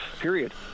Period